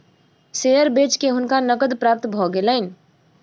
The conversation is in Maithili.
शेयर बेच के हुनका नकद प्राप्त भ गेलैन